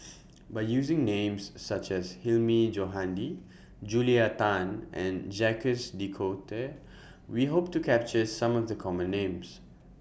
By using Names such as Hilmi Johandi Julia Tan and Jacques De Coutre We Hope to capture Some of The Common Names